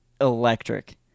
electric